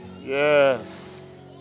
Yes